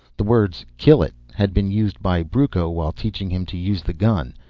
the words kill it had been used by brucco while teaching him to use the gun.